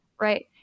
right